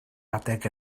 adeg